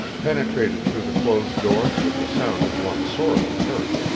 penetrated through the closed door with the sound of one sorely hurt.